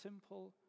simple